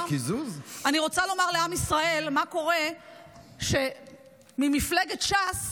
אני רוצה לומר לעם ישראל מה קורה כשממפלגת ש"ס